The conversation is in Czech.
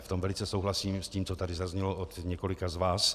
V tom velice souhlasím s tím, co tady zaznělo od několika z vás.